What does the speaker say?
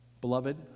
Beloved